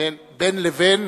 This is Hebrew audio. בין לבין.